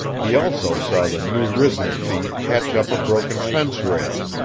he also saw the newrisen thief catch up a broken fence rail,